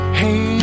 hey